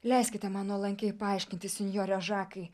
leiskite man nuolankiai paaiškinti sinjore žakai